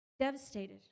devastated